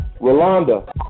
Rolanda